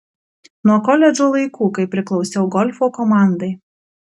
nuo koledžo laikų kai priklausiau golfo komandai